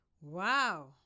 Wow